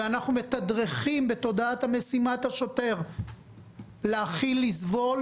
אנחנו מתדרכים בתודעת משימת השוטר להכיל ולסבול